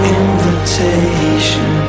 invitation